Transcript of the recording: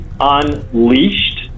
Unleashed